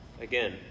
again